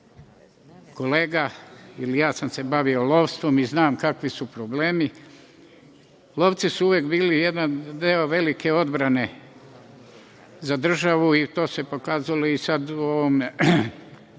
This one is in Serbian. kolega, jer i ja sam se bavio lovstvom i znam kakvi su problemi. Lovci su uvek bili jedan deo velike odbrane za državu i to se pokazalo i sad u ovome